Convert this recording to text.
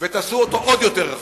ותעשו אותו עוד יותר רחב.